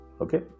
okay